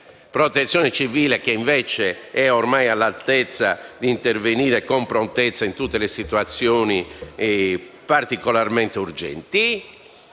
Protezione civile, che invece è ormai all'altezza di intervenire con prontezza in tutte le situazioni particolarmente urgenti.